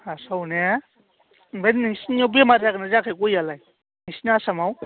हास्राव ने ओमफ्राय नोंसोरनियाव बेमार जादोंना जायाखै गयालाय नोंसोरनि आसामाव